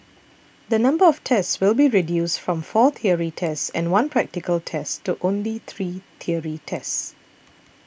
the number of tests will be reduced from four theory tests and one practical test to only three theory tests